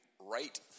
right